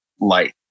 light